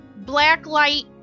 Blacklight